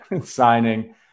signing